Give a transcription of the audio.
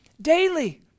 daily